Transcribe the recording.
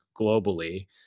globally